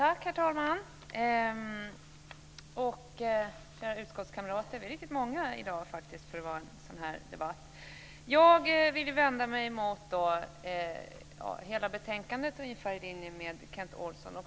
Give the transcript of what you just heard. Herr talman! Utskottskamrater! Vi är faktiskt riktigt många här i dag för att vara en sådan här debatt. Jag vill vända mig emot hela betänkandet, ungefär i linje med Kent Olsson.